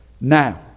Now